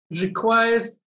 requires